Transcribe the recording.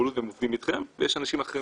מוגבלות והם עובדים איתכם ויש אנשים אחרים